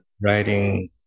writing